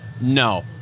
No